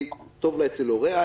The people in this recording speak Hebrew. טוב לה אצל הוריה,